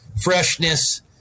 freshness